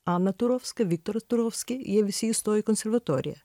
ana turovska viktoras turovski jie visi įstojo į konservatoriją